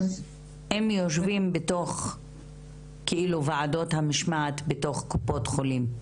אם יושבים בתוך ועדות המשמעת בתוך קופות החולים,